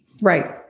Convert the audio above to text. Right